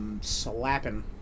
slapping